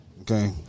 okay